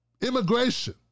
immigration